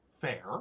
Fair